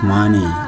money